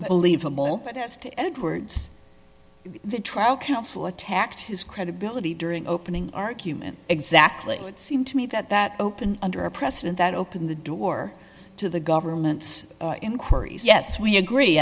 believable to edwards the trial counsel attacked his credibility during opening argument exactly it seemed to me that that opened under a precedent that opened the door to the government's inquiries yes we agree